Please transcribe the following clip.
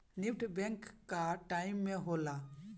NEFT bank कअ time में होला